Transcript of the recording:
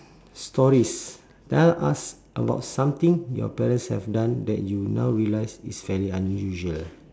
stories now ask about something your parents have done that you now realise is fairly unusual